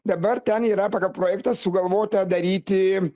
dabar ten yra pagal projektą sugalvota daryti